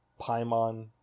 Paimon